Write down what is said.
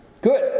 good